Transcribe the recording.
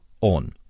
on